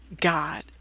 God